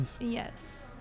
Yes